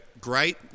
Great